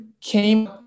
came